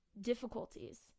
difficulties